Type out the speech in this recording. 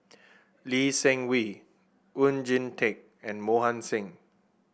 Lee Seng Wee Oon Jin Teik and Mohan Singh